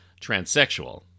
transsexual